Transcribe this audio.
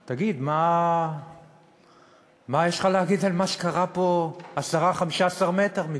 תגיד, מה יש לך להגיד על מה שקרה 10 15 מטר מפה?